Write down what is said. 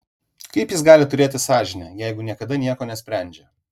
kaip jis gali turėti sąžinę jeigu niekada nieko nesprendžia